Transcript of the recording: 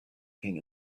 king